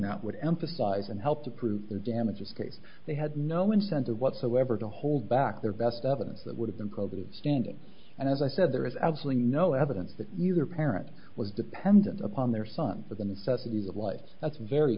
that would emphasize and help to prove damages case they had no incentive whatsoever to hold back their best evidence that would have been covert of standing and as i said there is absolutely no evidence that neither parent was dependent upon their son for the necessities of life that's very